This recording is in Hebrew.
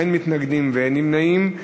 מתנגדים ואין נמנעים.